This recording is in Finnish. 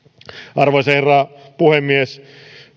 arvoisa herra puhemies